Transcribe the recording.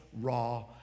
raw